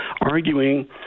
arguing